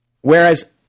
Whereas